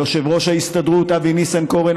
וליושב-ראש ההסתדרות אבי ניסנקורן,